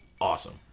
awesome